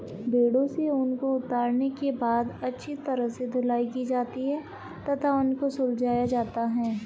भेड़ों से ऊन को उतारने के बाद अच्छी तरह से धुलाई की जाती है तथा ऊन को सुलझाया जाता है